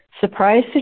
surprise